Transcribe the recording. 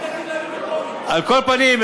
על כל פנים,